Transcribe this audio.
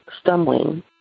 stumbling